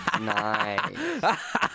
nice